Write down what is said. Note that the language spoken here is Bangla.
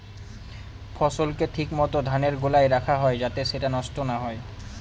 ফসলকে ঠিক মত ধানের গোলায় রাখা হয় যাতে সেটা নষ্ট না হয়